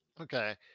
Okay